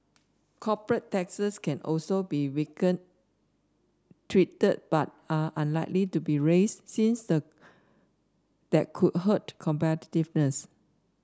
corporate taxes can also be tweaked but are unlikely to be raised since a that could hurt competitiveness